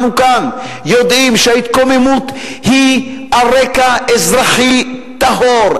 אנחנו כאן יודעים שההתקוממות היא על רקע אזרחי טהור,